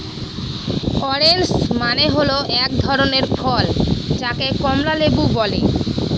orange মানে হল এক ধরনের ফল যাকে কমলা লেবু বলে